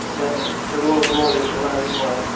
then the rule of law is alive and well.